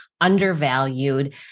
undervalued